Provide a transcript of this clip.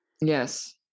Yes